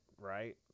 right